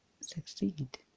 succeed